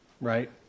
right